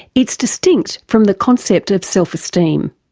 it is distinct from the concept of self-esteem.